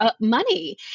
money